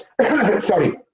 sorry